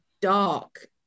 dark